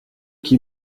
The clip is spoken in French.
qui